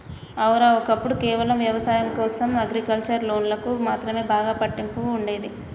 ఔర, ఒక్కప్పుడు కేవలం వ్యవసాయం కోసం అగ్రికల్చర్ లోన్లకు మాత్రమే బాగా పట్టింపు ఉండేది